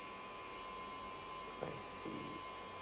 I see